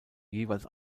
jeweils